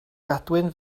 gadwyn